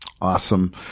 Awesome